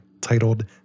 titled